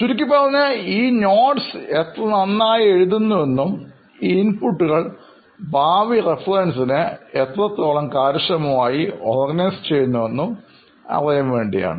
ചുരുക്കിപ്പറഞ്ഞാൽ ഈ കുറിപ്പുകൾ എത്ര നന്നായി എഴുതുന്നു എന്നും ഈ ഇൻപുട്ടുകൾ ഭാവി റഫറൻസിനായി എത്രത്തോളം കാര്യക്ഷമമായി ഓർഗനൈസ് ചെയ്യുന്നുവെന്നും അറിയാൻ വേണ്ടിയാണ്